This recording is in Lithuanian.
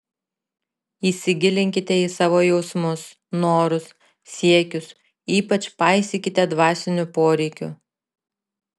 įsigilinkite į savo jausmus norus siekius ypač paisykite dvasinių poreikių